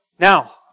Now